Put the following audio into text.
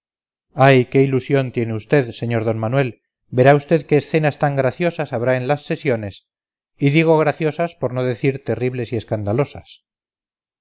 ay qué ilusión tiene usted sr d manuel verá usted qué escenas tan graciosas habrá en las sesiones y digo graciosas por no decir terribles y escandalosas